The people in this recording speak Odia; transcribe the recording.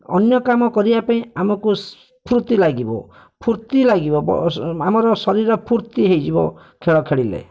ଅନ୍ୟ କାମ କରିବା ପାଇଁ ଆମକୁ ସ୍ଫୁର୍ତ୍ତି ଲାଗିବ ଫୁର୍ତ୍ତି ଲାଗିବ ଆମର ଶରୀର ଫୁର୍ତ୍ତି ହୋଇଯିବ ଖେଳ ଖେଳିଲେ